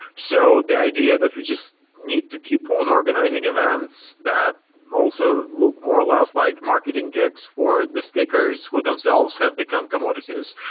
so the idea that we just need to keep on organising events that also look more or less like marketing gigs for the speakers, who themselves have become commodities,